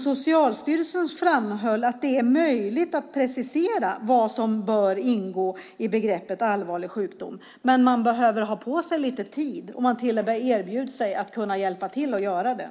Socialstyrelsen framhöll att det är möjligt att precisera vad som bör ingå i begreppet "allvarlig sjukdom", men man behöver ha lite tid på sig. Man till och med erbjöd sig att hjälpa till att göra det.